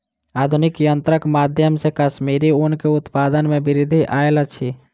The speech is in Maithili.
आधुनिक यंत्रक माध्यम से कश्मीरी ऊन के उत्पादन में वृद्धि आयल अछि